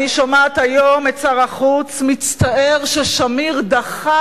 אני שומעת היום את שר החוץ מצטער ששמיר דחה